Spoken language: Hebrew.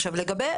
עכשיו לגבי,